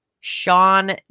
Sean